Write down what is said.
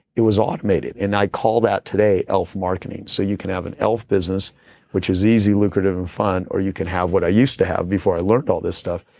it was automated. and i call that today, elf marketing. so you can have an elf business which is easy, lucrative and fun, or you can have what i used to have before i learned all this stuff,